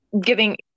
giving